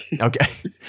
Okay